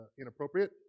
inappropriate